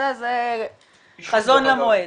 זה חזון למועד.